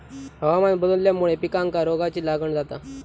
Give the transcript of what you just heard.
हवामान बदलल्यामुळे पिकांका रोगाची लागण जाता